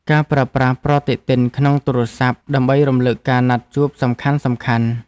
ការប្រើប្រាស់ប្រតិទិនក្នុងទូរស័ព្ទ ដើម្បីរំលឹកការណាត់ជួបសំខាន់ៗ។